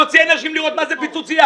להוציא אנשים לראות מה זה פיצוציה.